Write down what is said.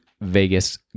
Vegas